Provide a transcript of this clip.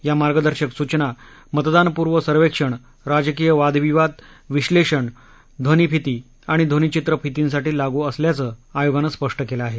या मार्गदर्शक सूचना मतदानपूर्व सर्वेक्षण राजकीय वादविवाद विश्लेषण ध्वनीफिती आणि ध्वनीचित्रफितींसाठी लागू असल्याचं आयोगानं स्पष्ट केलं आहे